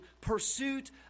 pursuit